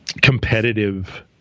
competitive